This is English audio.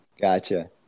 Gotcha